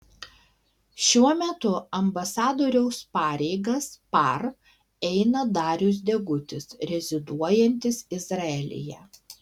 šiuo metu ambasadoriaus pareigas par eina darius degutis reziduojantis izraelyje